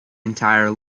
entire